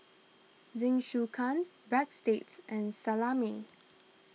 Jingisukan Breadsticks and Salami